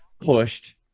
pushed